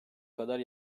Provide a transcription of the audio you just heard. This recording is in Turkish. kadar